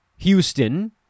Houston